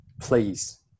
please